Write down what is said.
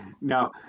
Now